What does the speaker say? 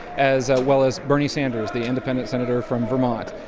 as ah well as bernie sanders, the independent senator from vermont,